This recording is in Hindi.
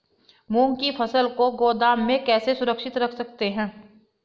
मूंग की फसल को गोदाम में कैसे सुरक्षित रख सकते हैं?